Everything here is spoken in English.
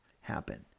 happen